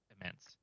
immense